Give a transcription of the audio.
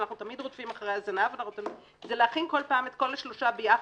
שאנחנו תמיד רודפים אחרי הזנב זה להכין כל פעם את כל השלושה ביחד,